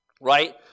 right